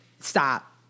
Stop